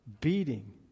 beating